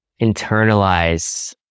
internalize